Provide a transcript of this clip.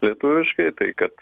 lietuviškai tai kad